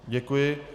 Děkuji.